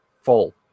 full